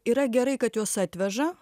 yra gerai kad juos atveža